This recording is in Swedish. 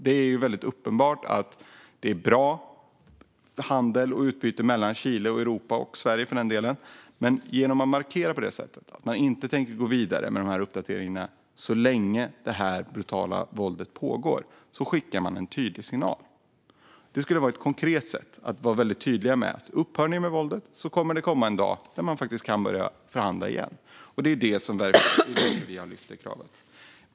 Det är uppenbart att det är bra med handel och utbyte mellan Chile och Europa - och Sverige. Men genom att markera att man inte tänker gå vidare med uppdateringarna så länge det brutala våldet pågår skickar man en tydlig signal. Det är ett konkret sätt att tydligt säga: Om ni upphör med våldet kommer en dag då vi kan börja förhandla igen. Fru talman!